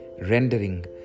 rendering